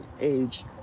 age